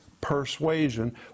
persuasion